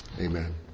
Amen